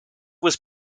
was